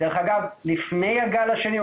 דרך אגב גם לפני הגל השני,